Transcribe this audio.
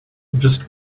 just